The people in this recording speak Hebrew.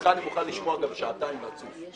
אותך אני מוכן לשמוע גם שעתיים רצוף,